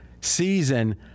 season